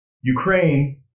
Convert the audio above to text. Ukraine